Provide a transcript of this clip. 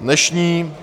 Dnešní